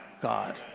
God